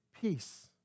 peace